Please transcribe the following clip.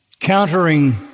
Countering